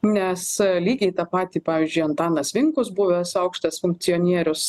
nes lygiai tą patį pavyzdžiui antanas vinkus buvęs aukštas funkcionierius